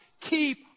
keep